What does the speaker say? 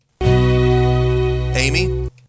Amy